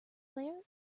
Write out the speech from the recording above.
player